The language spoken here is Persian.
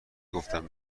گفتم